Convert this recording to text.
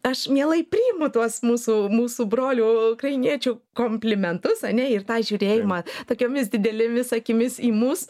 aš mielai priimu tuos mūsų mūsų brolių ukrainiečių komplimentus ane ir tą žiūrėjimą tokiomis didelėmis akimis į mus